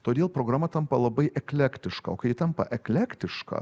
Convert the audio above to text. todėl programa tampa labai eklektiška o kai ji tampa eklektiška